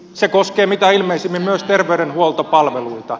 se koskee mitä ilmeisimmin myös terveydenhuoltopalveluita